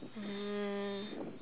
um